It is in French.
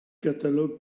catalogue